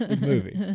Movie